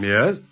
Yes